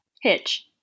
Hitch